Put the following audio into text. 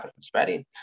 spreading